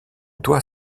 toi